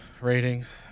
Ratings